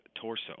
torso